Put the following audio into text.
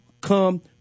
come